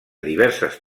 diverses